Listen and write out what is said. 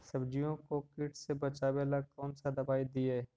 सब्जियों को किट से बचाबेला कौन सा दबाई दीए?